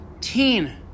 Teen